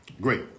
Great